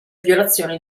violazioni